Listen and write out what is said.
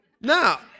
Now